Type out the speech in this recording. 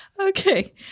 Okay